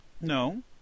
no